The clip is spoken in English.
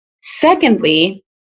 Secondly